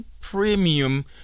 premium